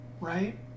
right